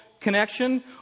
connection